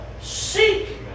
seek